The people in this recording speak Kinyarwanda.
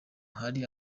hari